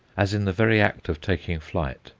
as in the very act of taking flight,